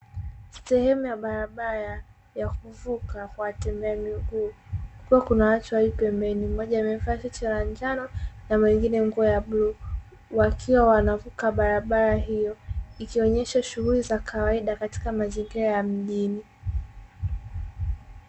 Sehemu ya barabara ya kuvuka kwa watembea miguu, kukiwa kuna watu wawili pembeni, mmoja amevaa shati la njano na mwingine nguo ya bluu, wakiwa wanavuka barabara hiyo. Ikionyesha shughuli za kawaida katika mazingira ya mjini.